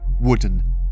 wooden